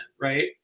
Right